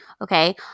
okay